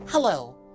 Hello